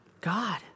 God